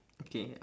okay